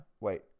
Wait